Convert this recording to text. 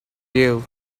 you